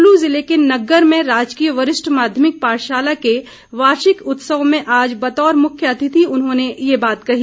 कुल्लू जिले के नग्गर में राजकीय वरिष्ठ माध्यमिक पाठशाला के वार्षिक उत्सव में आज बतौर मुख्य अतिथि उन्होंने ये बात कही